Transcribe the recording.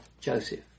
Joseph